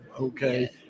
okay